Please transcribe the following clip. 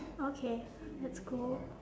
okay let's go